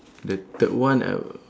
the third one I'll